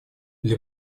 для